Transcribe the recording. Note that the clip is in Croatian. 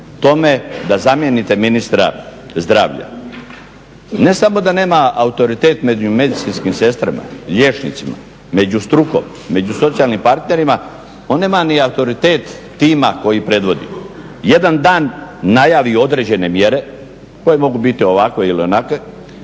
tome da zamijenite ministra zdravlja. Ne samo da nema autoritet među medicinskim sestrama, liječnicima, među strukom, među socijalnim partnerima, on nema ni autoritet tima koji predvodi. Jedan da najavi određene mjere koje mogu biti ovakve ili onakve,